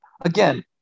again